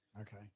Okay